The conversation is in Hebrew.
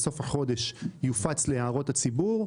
בסוף החודש הוא יופץ להערות הציבור,